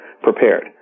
prepared